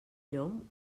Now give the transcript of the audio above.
llom